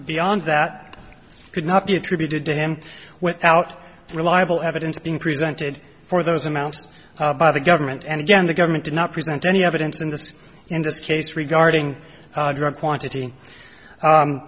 beyond that could not be attributed to him without reliable evidence being presented for those amounts by the government and again the government did not present any evidence in this case in this case regarding drug quantity